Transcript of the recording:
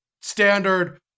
standard